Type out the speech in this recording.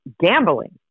gambling